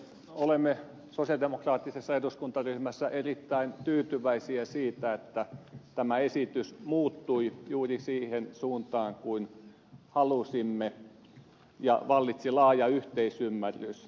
olemme sosialidemokraattisessa eduskuntaryhmässä erittäin tyytyväisiä siitä että tämä esitys muuttui juuri siihen suuntaan kuin halusimme ja vallitsi laaja yhteisymmärrys